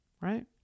right